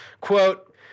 Quote